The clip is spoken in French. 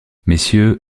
messieurs